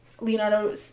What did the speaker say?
Leonardo